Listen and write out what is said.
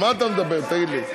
על מה אתה מדבר, תגיד לי?